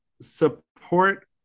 support